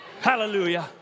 Hallelujah